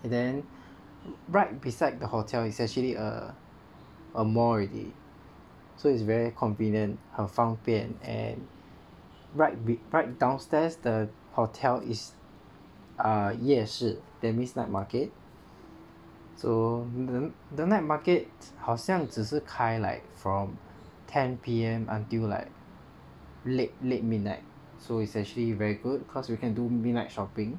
and then right beside the hotel is actually a mall already so it's very convenient 很方便 and right right downstairs the hotel is err 夜市 that means night market so the the night market 好像只是开 like from ten P_M until like late late midnight so essentially very good cause you can do midnight shopping